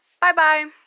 Bye-bye